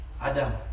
Adam